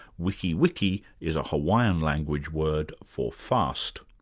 wiki wiki is a hawaiian language word for fast.